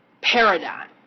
paradigm